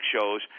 shows